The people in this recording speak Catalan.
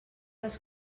les